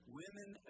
women